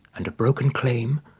and a broken claim